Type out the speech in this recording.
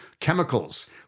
chemicals